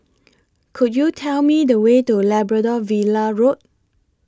Could YOU Tell Me The Way to Labrador Villa Road